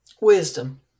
Wisdom